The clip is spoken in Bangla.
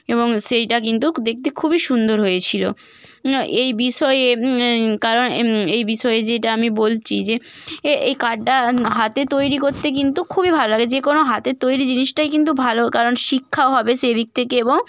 এবং সেইটা কিন্তু দেখতে খুবই সুন্দর হয়েছিলো এই বিষয়ে কারণ এই বিষয়ে যেইটা আমি বলছি যে এ এই কার্ডটা হাতে তৈরি করতে কিন্তু খুবই ভালো লাগে যেকোনো হাতের তৈরি জিনিসটাই কিন্তু ভালো কারণ শিক্ষা হবে সেদিক থেকে এবং